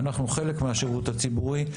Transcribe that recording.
אנחנו חלק מהשירות הציבורי.